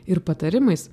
ir patarimais